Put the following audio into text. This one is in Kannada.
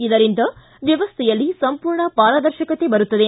ಇದರಿಂದ ವ್ಯವಸ್ವೆಯಲ್ಲಿ ಸಂಪೂರ್ಣ ಪಾರದರ್ಶಕತೆ ಬರುತ್ತದೆ